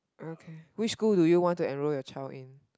okay which school do you want to enrol your child in